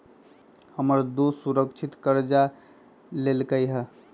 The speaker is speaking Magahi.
हमर दोस सुरक्षित करजा लेलकै ह